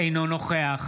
אינו נוכח